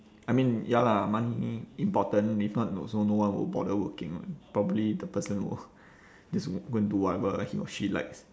I mean ya lah money important if not also no one will bother working [one] probably the person will just go and do whatever he or she likes